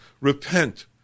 repent